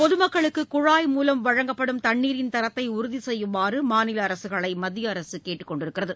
பொதுமக்களுக்கு குழாய் மூலம் வழங்கப்படும் தண்ணீரின் தரத்தை உறுதி செய்யுமாறு மாநில அரசுகளை மத்திய அரசு கேட்டுக் கொண்டுள்ளது